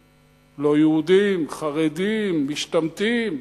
לא-יהודים, חרדים, משתמטים,